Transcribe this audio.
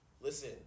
Listen